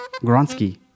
Gronsky